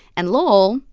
and lowell,